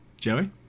Joey